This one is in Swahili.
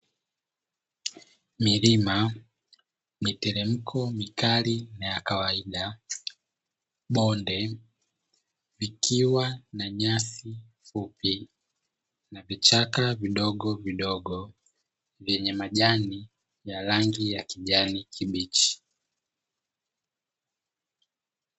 Milima, miteremko mikali na yakawaida, bonde likiwa na nyasi fupi na vichaka vidogovidogo, vyenye majani ya rangi ya kijani kibichi.